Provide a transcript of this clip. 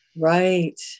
Right